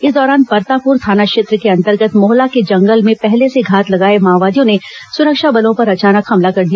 इस दौरान परतापुर थाना क्षेत्र के अंतर्गत मोहला के जंगल में पहले से घात लगाए माओवादियों ने सुरक्षा बलों पर अचानक हमला कर दिया